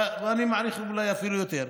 אני מעריך שאולי אפילו יותר.